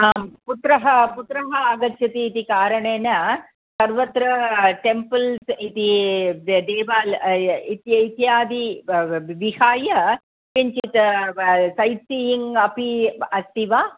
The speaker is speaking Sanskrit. आं पुत्रः पुत्रः आगच्छतीति कारणेन सर्वत्र टेम्पल्स् इति द् देवालयः इत्य् इत्यादि विहाय किञ्चित् सैट्सीयिङ् अपि अस्ति वा